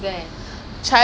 damn funny